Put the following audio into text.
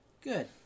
Good